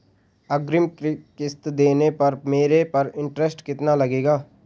अग्रिम किश्त देने पर मेरे पर इंट्रेस्ट कितना लगेगा?